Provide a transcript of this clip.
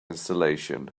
installation